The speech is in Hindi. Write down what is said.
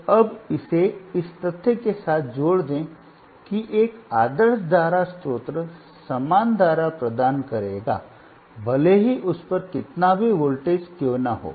तो अब इसे इस तथ्य के साथ जोड़ दें कि एक आदर्श धारा स्रोत समान धारा प्रदान करेगा भले ही उस पर कितना भी वोल्टेज क्यों न हो